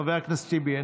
חבר הכנסת טיבי,